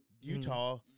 Utah